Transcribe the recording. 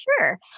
Sure